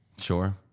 Sure